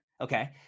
Okay